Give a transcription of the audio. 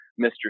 Mr